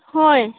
ꯍꯣꯏ